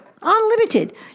unlimited